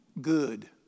Good